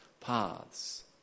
paths